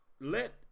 let